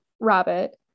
rabbit